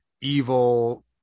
Evil